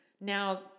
Now